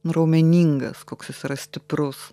raumeningas koks jis yra stiprus